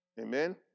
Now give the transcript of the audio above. Amen